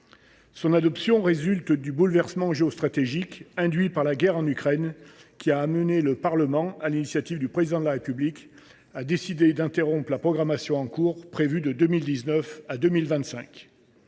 Son adoption résulte du bouleversement géostratégique induit par la guerre en Ukraine, qui a amené le Parlement, sur l’initiative du Président de la République, à décider d’interrompre la précédente loi de